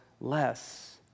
less